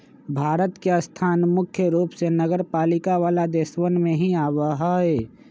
भारत के स्थान मुख्य रूप से नगरपालिका वाला देशवन में ही आवा हई